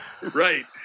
right